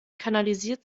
kanalisiert